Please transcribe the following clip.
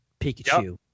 Pikachu